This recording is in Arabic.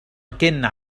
كِن